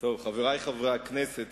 חברי חברי הכנסת,